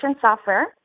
software